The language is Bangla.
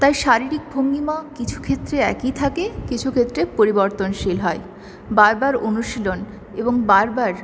তাই শারীরিক ভঙ্গিমা কিছু ক্ষেত্রে একই থাকে কিছু ক্ষেত্রে পরিবর্তনশীল হয় বারবার অনুশীলন এবং বারবার